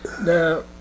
now